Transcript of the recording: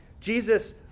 Jesus